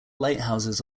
lighthouses